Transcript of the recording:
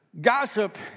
gossip